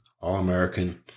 All-American